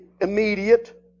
immediate